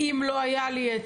אם לא היה לי,